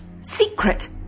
Secret